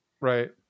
right